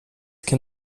can